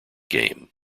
game